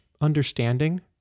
understanding